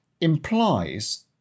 implies